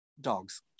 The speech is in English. dogs